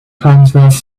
transverse